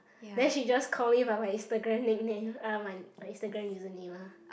then she just call me by my Instagram nickname ah my my Instagram username ah